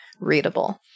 readable